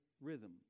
rhythm